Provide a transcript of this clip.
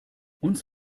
uns